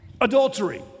adultery